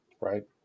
Right